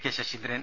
K Saseendran